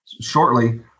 shortly